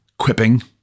quipping